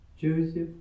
Joseph